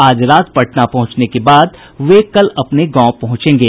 आज रात पटना पहुंचने के बाद वे कल अपने गांव पहुंचेंगे